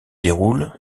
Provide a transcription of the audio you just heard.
déroule